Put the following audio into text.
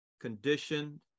conditioned